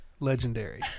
Legendary